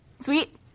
Sweet